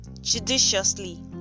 judiciously